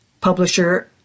publisher